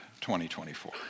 2024